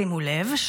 שימו לב,